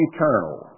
Eternal